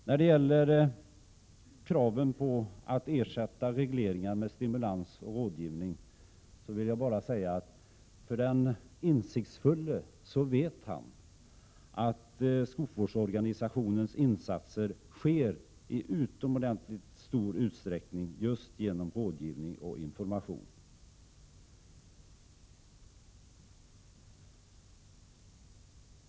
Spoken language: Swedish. Vad beträffar kraven på att ersätta regleringar med stimulans och rådgivning vill jag bara säga att den insiktsfulle vet att skogsorganisationens insatser i utomordentligt stor utsträckning sker just genom rådgivning och information.